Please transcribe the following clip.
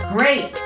Great